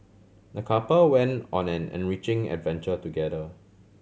the couple went on an enriching adventure together